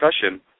discussion